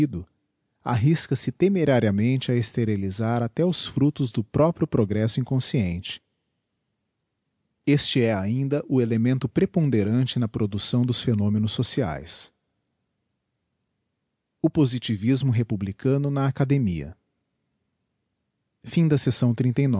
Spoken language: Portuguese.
desconhecido arrisca-se temerariamente a esterilisar até os fructos do próprio progresso inconsciente este é ainda o elemento preponderante na producção dos phenomenos sociaes o positivismo bepvhlieano na academia